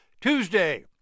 Tuesday